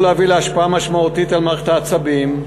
להביא להשפעה משמעותית על מערכת העצבים.